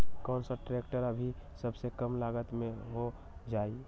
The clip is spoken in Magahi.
कौन सा ट्रैक्टर अभी सबसे कम लागत में हो जाइ?